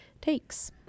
takes